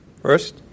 First